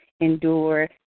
endure